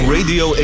Radio